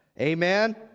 Amen